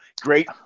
great